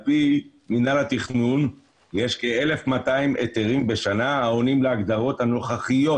על פי מינהל התכנון יש כ-1,200 היתרים בשנה העונים להגדרות הנוכחיות.